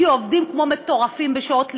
כי עובדים כמו מטורפים בשעות לילה,